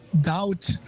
doubt